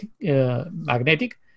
magnetic